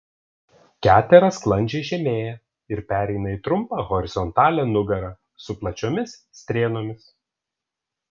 ketera sklandžiai žemėja ir pereina į trumpą horizontalią nugarą su plačiomis strėnomis